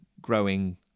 growing